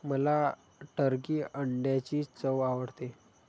मला टर्की अंड्यांची चव आवडते